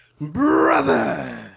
Brother